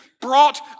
brought